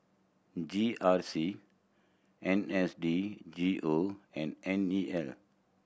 G R C N S D G O and N E L